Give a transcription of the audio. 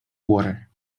water